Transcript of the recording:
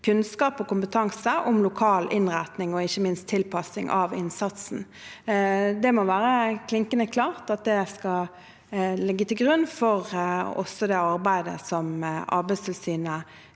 kunnskap og kompetanse om lokal innretning og ikke minst tilpassing av innsatsen. Det må være klinkende klart at det skal ligge til grunn også for det arbeidet som Arbeidstilsynet